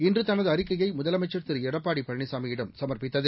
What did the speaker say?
இன்று தனது அறிக்கையை முதலமைச்சர் திரு எடப்பாடி பழனிசாமியிடம் சம்ப்பித்தது